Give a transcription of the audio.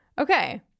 Okay